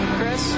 Chris